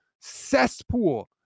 cesspool